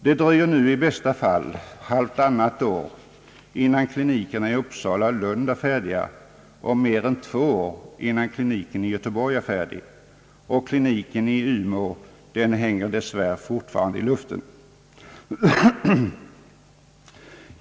Det dröjer nu i bästa fall halvtannat år innan klinikerna i Uppsala och Lund är färdiga, och mer än två år innan kliniken i Göteborg är färdig. När kliniken i Umeå blir färdig hänger dess värre fortfarande i luften.